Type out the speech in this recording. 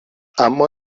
اما